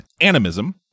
animism